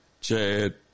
Chad